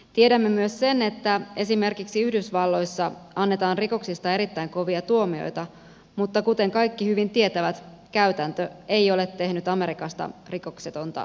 tiedämme myös sen että esimerkiksi yhdysvalloissa annetaan rikoksista erittäin kovia tuomioita mutta kuten kaikki hyvin tietävät käytäntö ei ole tehnyt amerikasta rikoksetonta yhteiskuntaa